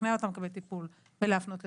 לשכנע אותם לקבל טיפול ולהפנות לטיפול.